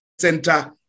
center